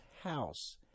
house